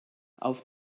auf